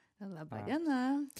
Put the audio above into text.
laba diena